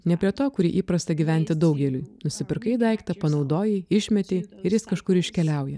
ne prie to kurį įprasta gyventi daugeliui nusipirkai daiktą panaudojai išmetei ir jis kažkur iškeliauja